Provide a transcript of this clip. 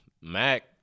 Mac